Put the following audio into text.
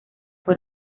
fue